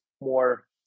more